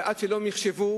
ועד שלא מחשבו,